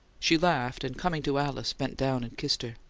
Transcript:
she laughed, and coming to alice, bent down and kissed her.